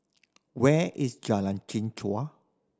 where is Jalan Chichau